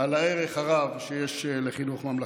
על הערך הרב שיש לחינוך ממלכתי.